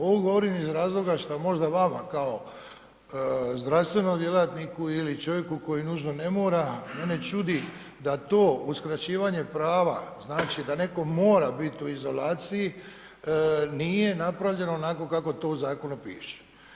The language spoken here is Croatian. Ovo govorim iz razloga šta možda vama kao zdravstvenom djelatniku ili čovjeku koji nužno ne mora, mene čudi da to uskraćivanje prava znači da netko mora biti u izolaciji nije napravljeno onako kako to u zakonu piše.